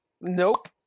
Nope